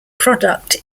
product